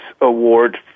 award